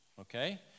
Okay